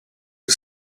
you